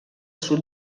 sud